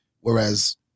Whereas